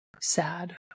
sad